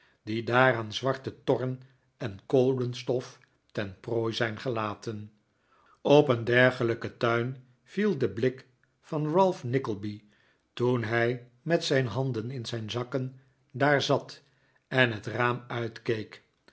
die daar aan zwarte torren en kolenstof ten prooi zijn gelaten op een dergelijken tuin viel de blik van ralph nickleby toen hij met zijn handen in zijn zakken daar zat en het raam uitkeek